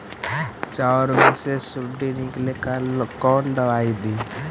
चाउर में से सुंडी निकले ला कौन दवाई दी?